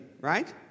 right